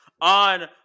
on